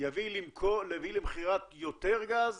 תביא למכירת יותר גז